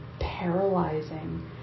paralyzing